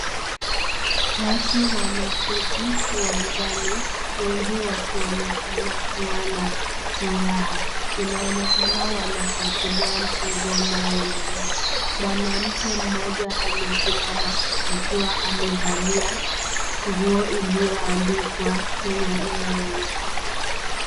Watu wameketi uwanjani wengi wakionekana kuwa na furaha. Inaonekana wanafuatilia mchezo inaendelea, mwanamke mmoja amesimama akiwa amevalia nguo ilioandikwa Kenya Airways.